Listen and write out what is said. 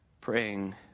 praying